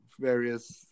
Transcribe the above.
various